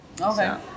Okay